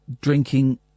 drinking